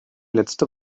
letzte